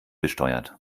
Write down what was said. besteuert